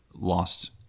lost